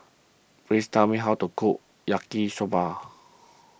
please tell me how to cook Yaki Soba